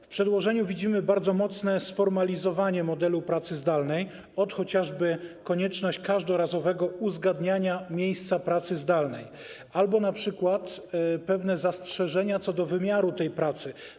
W przedłożeniu widzimy bardzo mocne sformalizowanie modelu pracy zdalnej - ot, chociażby konieczność każdorazowego uzgadniania miejsca pracy zdalnej albo np. pewne zastrzeżenia co do wymiaru tej pracy.